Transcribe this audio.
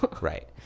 right